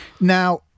Now